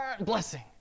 Blessing